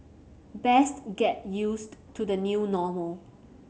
best get used to the new normal